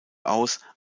aus